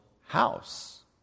house